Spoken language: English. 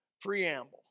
preamble